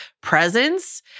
presence